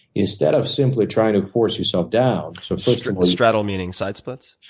instead of simply trying to force yourself down so so straddle straddle meaning side splits?